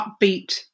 upbeat